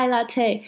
Latte